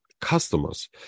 customers